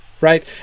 right